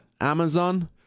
Amazon